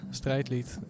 strijdlied